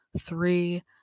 Three